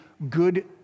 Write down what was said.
good